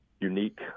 unique